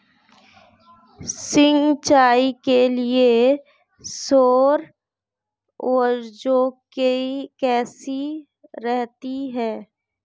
सिंचाई के लिए सौर ऊर्जा कैसी रहती है?